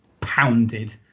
pounded